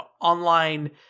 online